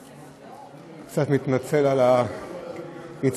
אני קצת מתנצל על הריצה,